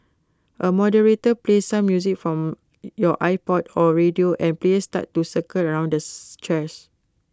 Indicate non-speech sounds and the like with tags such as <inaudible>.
A moderator plays some music from your iPod or radio and players start to circle around the <unintelligible> chairs